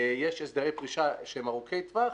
יש הסדרי פרישה שהם ארוכי טווח.